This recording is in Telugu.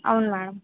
అవును మేడం